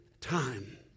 time